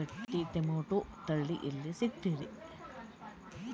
ಗಟ್ಟಿ ಟೊಮೇಟೊ ತಳಿ ಎಲ್ಲಿ ಸಿಗ್ತರಿ?